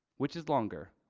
which is longer?